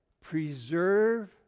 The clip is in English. preserve